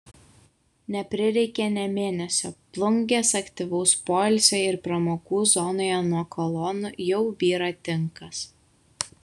neprireikė nė mėnesio plungės aktyvaus poilsio ir pramogų zonoje nuo kolonų jau byra tinkas